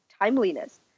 timeliness